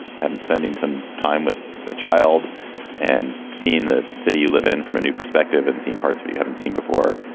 haven't spending some time with a child and seeing the city you live in from a new perspective and seen parts that but you haven't seen before.